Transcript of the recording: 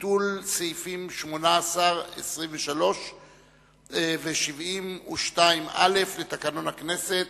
ולביטול סעיפים 18 23 ו-72א לתקנון הכנסת.